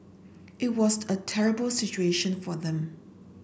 it was a terrible situation for them